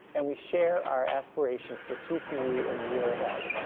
and we share our aspirations for tcu in the year ahead.